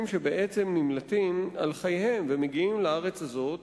שבעצם נמלטים על חייהם ומגיעים לארץ הזאת,